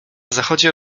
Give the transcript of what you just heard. zachodzie